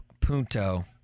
Punto